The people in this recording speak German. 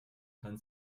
kann